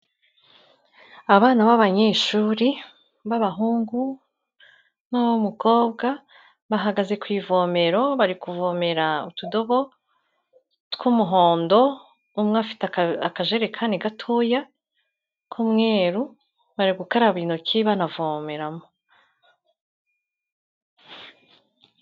Abana b'abanyeshuri ba bahungu n'uw'umukobwa bahagaze ku ivomero, bari kuvomera utudobo tw'umuhondo, umwe afite akajerekani gatoya k'umweru, bari gukaraba intoki banavomeramo.